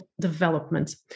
development